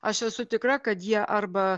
aš esu tikra kad jie arba